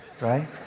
right